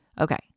Okay